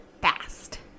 fast